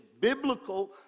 biblical